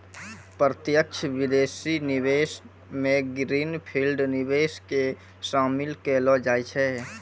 प्रत्यक्ष विदेशी निवेश मे ग्रीन फील्ड निवेश के शामिल केलौ जाय छै